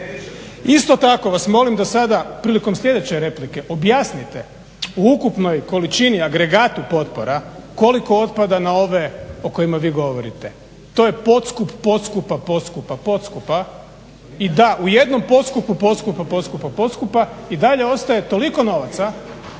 Isto tako vas molim da sada prilikom sljedeće replike objasnite u ukupnoj količini agregatu potpora koliko otpada na ove o kojima vi govorite. To je podskup podskupa podskupa podskupa i da, u jednom podskupu podskupa podskupa podskupa i dalje ostaje toliko novaca